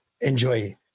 enjoy